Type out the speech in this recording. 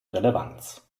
relevanz